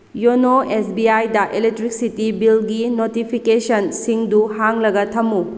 YONO S B ꯑꯥꯏꯗ electricity ꯕꯤꯜꯒꯤ ꯅꯣꯇꯤꯐꯤꯀꯦꯁꯟꯁꯤꯡꯗꯨ ꯍꯥꯡꯂꯒ ꯊꯝꯃꯨ